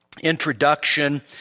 introduction